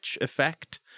effect